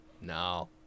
no